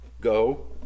go